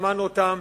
שמענו אותם,